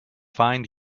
find